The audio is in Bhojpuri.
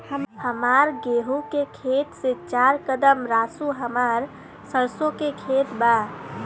हमार गेहू के खेत से चार कदम रासु हमार सरसों के खेत बा